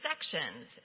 sections